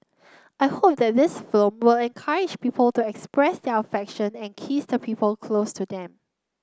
I hope that this film will encourage people to express their affection and kiss the people close to them